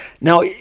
Now